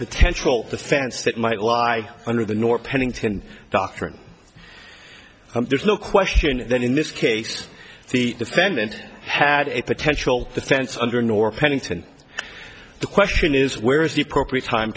potential the fence that might lie under the north pennington doctrine there's no question that in this case the defendant had a potential offense under nor pennington the question is where is the appropriate time